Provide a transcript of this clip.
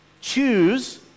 choose